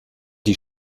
die